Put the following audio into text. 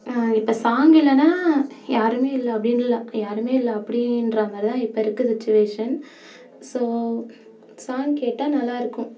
இப்போ சாங் இல்லைனா யாருமே இல்லை அப்படின்னு இல்லை யாருமே இல்லை அப்படின்றா மாதிரி தான் இப்போ இருக்கற சுச்சிவேஷன் ஸோ சாங் கேட்டால் நல்லாயிருக்கும்